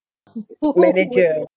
manager